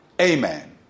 amen